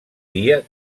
dia